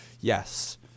yes